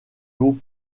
haut